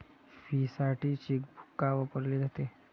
फीसाठी चेकबुक का वापरले जाते?